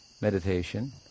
meditation